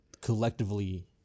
collectively